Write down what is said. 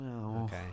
okay